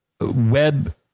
web